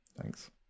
Thanks